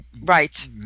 right